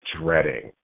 dreading